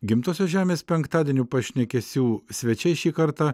gimtosios žemės penktadienių pašnekesių svečiai šį kartą